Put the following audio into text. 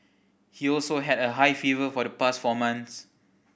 he also had a high fever for the past four months